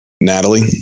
natalie